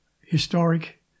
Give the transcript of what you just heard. historic